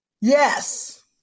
Yes